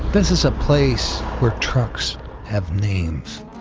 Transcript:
this is a place where trucks have names.